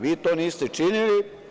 Vi to niste činili.